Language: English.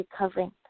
recovering